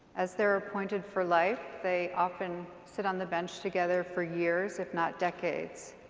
as they are appointed for life they often sit on the bench together for years if not decades.